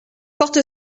porte